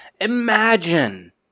Imagine